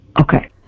Okay